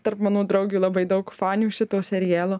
tarp mano draugių labai daug fanių šito serialo